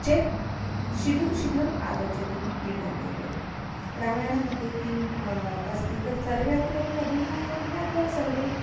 चेत् शीघ्राति शीघ्रम् आगच्छति किं किम् अभवत् रामायणमध्ये किम् अस्ति तत् सर्वे अपि अपि अधुना ज्ञात्वा सर्वे